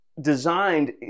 designed